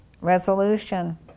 resolution